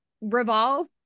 revolve